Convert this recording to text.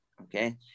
okay